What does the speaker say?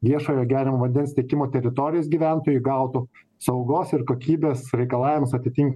viešojo geriamo vandens tiekimo teritorijos gyventojai gautų saugos ir kokybės reikalavimus atitin